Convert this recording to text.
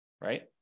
right